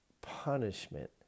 punishment